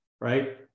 Right